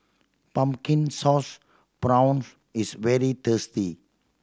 Pumpkin Sauce Prawns is very tasty